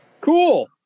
Cool